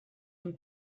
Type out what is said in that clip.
him